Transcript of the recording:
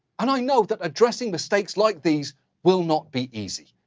and i know that addressing mistakes like these will not be easy.